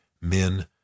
men